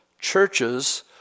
churches